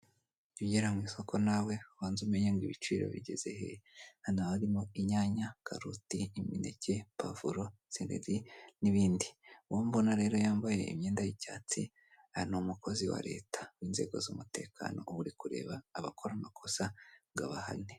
Jya ugera mu isoko nawe ubanze umenye ngo ibiciro bigeze hehe hano harimo; inyanya, karoti, imineke, pavuro, seleri n'ibindi uwo mbona rero yambaye imyenda y'icyatsi ni umukozi wa leta inzego z'umutekano uba uri kureba abakora amakosa ngo abahane.